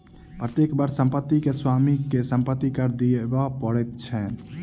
प्रत्येक वर्ष संपत्ति के स्वामी के संपत्ति कर देबअ पड़ैत छैन